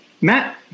Matt